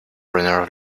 runners